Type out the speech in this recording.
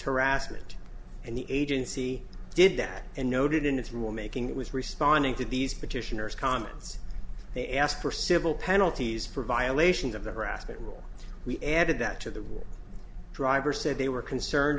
harassment and the agency did that and noted in its rule making was responding to these petitioners comments they ask for civil penalties for violations of the harassment rule we added that to the driver said they were concerned